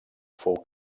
fou